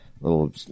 little